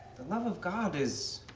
love of god is,